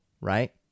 right